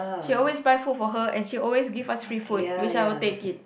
she always buy food for her and she always give us free food which I will take it